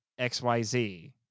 xyz